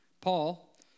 Paul